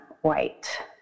white